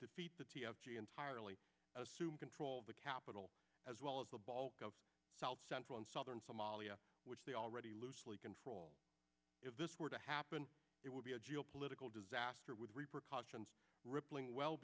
defeat the t f t entirely assume control of the capital as well as the bulk of south central and southern somalia which they already loosely control if this were to happen it would be a geopolitical disaster with repercussions rippling well